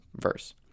verse